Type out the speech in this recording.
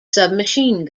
submachine